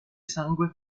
sangue